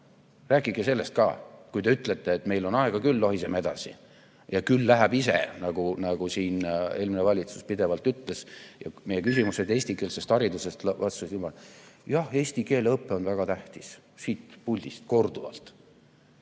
Rääkige sellest ka, kui te ütlete, et meil on aega küll, lohiseme edasi ja küll läheb ise, nagu siin eelmine valitsus pidevalt ütles. Meie küsimustele eestikeelse hariduse kohta vastasid nad: jah, eesti keele õpe on väga tähtis. Siit puldist, korduvalt!